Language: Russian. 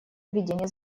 ведения